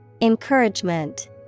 Encouragement